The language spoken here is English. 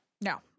No